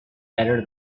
better